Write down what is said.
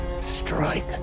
Strike